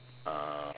uh